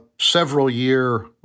several-year